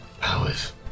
powers